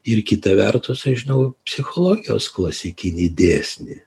ir kita vertus aš žinau psichologijos klasikinį dėsnį